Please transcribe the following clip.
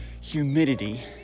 Humidity